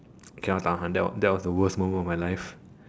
cannot tahan that that was the worst moment of my life